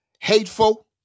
hateful